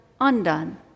undone